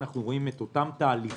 אנחנו רואים את אותם תהליכים.